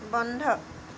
বন্ধ